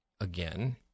again